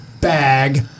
bag